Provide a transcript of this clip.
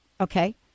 Okay